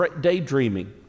daydreaming